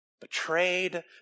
Betrayed